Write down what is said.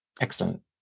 Excellent